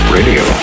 Radio